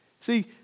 See